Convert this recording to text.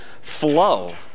flow